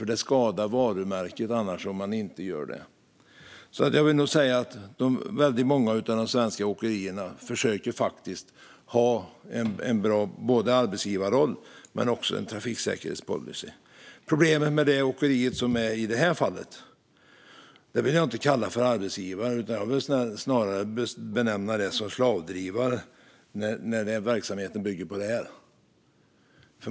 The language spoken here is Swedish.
Om man inte gör det skadar det varumärket. Jag vill därför säga att väldigt många av de svenska åkerierna faktiskt försöker ha en bra arbetsgivarroll och en bra trafiksäkerhetspolicy. Det åkeri som jag tidigare tog upp vill jag inte kalla för arbetsgivare, utan jag vill snarare benämna det som slavdrivare.